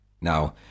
Now